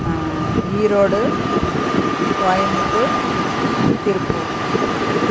Erode Coimbatore Tiruppur